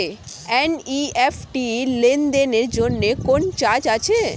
NEFT লেনদেনের জন্য কোন চার্জ আছে?